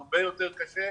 הרבה יותר קשה.